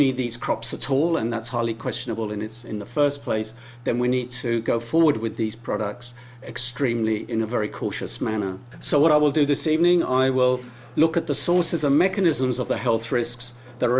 need these crops at all and that's highly questionable in its in the first place then we need to go forward with these products extremely in a very cautious manner so what i will do the same thing i will look at the source is a mechanisms of the health risks th